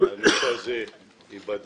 הנושא הזה ייבדק,